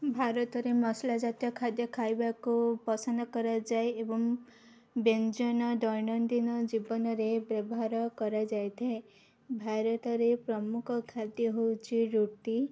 ଭାରତରେ ମସଲା ଜାତୀୟ ଖାଦ୍ୟ ଖାଇବାକୁ ପସନ୍ଦ କରାଯାଏ ଏବଂ ବ୍ୟଞ୍ଜନ ଦୈନନ୍ଦିନ ଜୀବନରେ ବ୍ୟବହାର କରାଯାଇଥାଏ ଭାରତରେ ପ୍ରମୁଖ ଖାଦ୍ୟ ହେଉଛି ରୁଟି